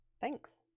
Thanks